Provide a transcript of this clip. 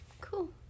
cool